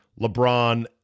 LeBron